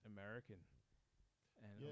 American